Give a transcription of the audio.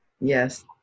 yes